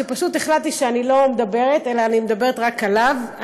והחלטתי שאני לא מדברת אלא מדברת רק עליו.